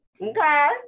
Okay